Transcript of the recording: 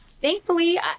Thankfully